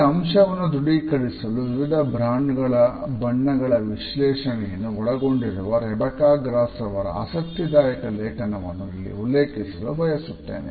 ಈ ಅಂಶವನ್ನು ದೃಢೀಕರಿಸಲು ವಿವಿಧ ಬ್ರಾಂಡ್ ಗಳ ಬಣ್ಣಗಳ ವಿಶ್ಲೇಷಣೆಯನ್ನು ಒಳಗೊಂಡಿರುವ ರೆಬೆಕಾ ಗ್ರಾಸ್ ರವರ ಆಸಕ್ತಿದಾಯಕ ಲೇಖನವನ್ನು ಇಲ್ಲಿ ಉಲ್ಲೇಖಿಸಲು ಬಯಸುತ್ತೇನೆ